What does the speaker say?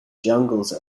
jungles